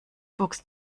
box